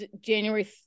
January